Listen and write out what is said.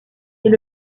est